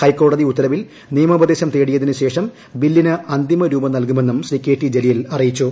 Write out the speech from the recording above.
ഹൈക്കോടതി ഉത്തരവിൽ നിയമോപദേശം തേടിയതിന് ശേഷം ബില്ലിന് അന്തിമ രൂപം നൽകുമെന്നും ശ്രീ കെ ടി ജലീൽ അറിയിച്ചു